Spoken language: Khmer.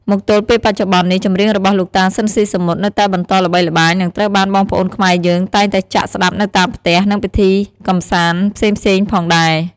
មកទល់ពេលបច្ចុប្បន្ននេះ ចម្រៀងរបស់លោកតាស៊ីនស៊ីសាមុត នៅតែបន្តល្បីល្បាញនិងត្រូវបានបងប្អូនខ្មែរយើងតែងតែចាក់ស្តាប់នៅតាមផ្ទះ និងពិធីកម្សាន្តផ្សេងៗផងដែរ ។